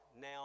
now